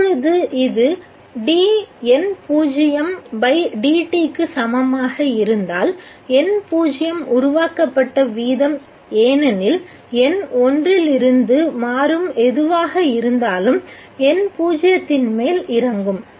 இப்பொழுது இது dN0dt க்கு சமமாக இருந்தால் N0 உருவாக்கப்பட்ட வீதம் ஏனெனில் N1 இலிருந்து மாறும் எதுவாக இருந்தாலும் N0 இன் மேல் இறங்கும்